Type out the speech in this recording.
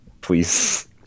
Please